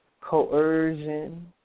coercion